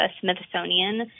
Smithsonian